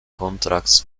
contracts